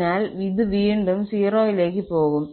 അതിനാൽ ഇത് വീണ്ടും 0 ലേക്ക് പോകും